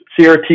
CRT